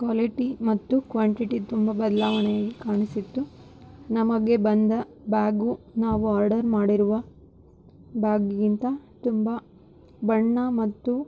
quality ಮತ್ತು quantity ತುಂಬ ಬದಲಾವಣೆ ಕಾಣಿಸಿದ್ದು ನಮಗೆ ಬಂದ ಬ್ಯಾಗು ನಾವು ಆರ್ಡರ್ ಮಾಡಿರುವ ಬ್ಯಾಗಿಗಿಂತ ತುಂಬ ಬಣ್ಣ ಮತ್ತು